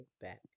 back